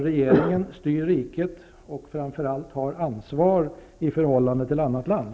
Regeringen styr riket och har framför allt ansvar för förhållandet till annat land.